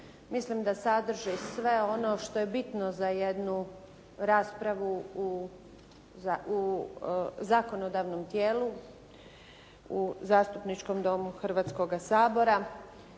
Mislim da sadrži sve ono što je bitno za jednu raspravu u zakonodavnom tijelu, u zastupničkom domu Hrvatskoga sabora